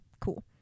cool